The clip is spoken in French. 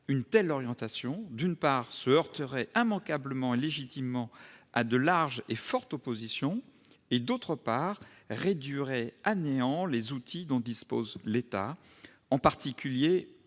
Une telle orientation, d'une part, se heurterait immanquablement et légitimement à de larges et fortes oppositions et, d'autre part, réduirait à néant les outils dont dispose l'État, en particulier au niveau